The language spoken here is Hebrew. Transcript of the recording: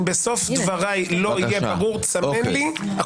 אם בסוף דבריי לא יהיה ברור תסמן לי,